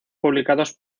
publicados